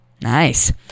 Nice